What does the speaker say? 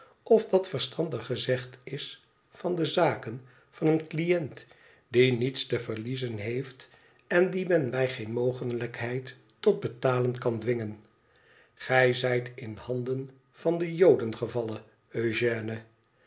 of dat verstandig gezegd is van de zaken van een cliënt die niets te verliezen heeft en dien men bij geen mogelijkheid tot betalen kan dwingen gij zijt in handen van de joden gevallen eugène